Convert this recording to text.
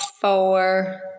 four